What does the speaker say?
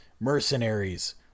mercenaries